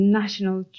national